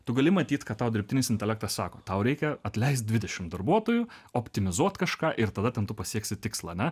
tu gali matyt kad tau dirbtinis intelektas sako tau reikia atleist dvidešim darbuotojų optimizuot kažką ir tada ten tu pasieksi tikslą ane